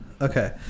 Okay